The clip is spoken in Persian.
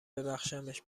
ببخشمش